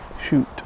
shoot